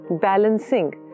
balancing